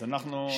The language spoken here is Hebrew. אז אנחנו,